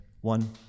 One